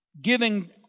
giving